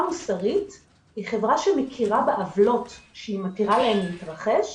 מוסרית היא חברה שמכירה בעוולות שהיא מתירה להן להתרחש,